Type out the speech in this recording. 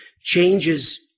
changes